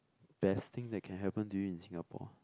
best thing that can happen to you in Singapore